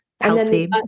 Healthy